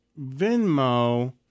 Venmo